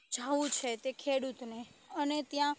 જાવું છે તે ખેડૂતને અને ત્યાં